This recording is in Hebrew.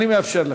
אני מאפשר לך.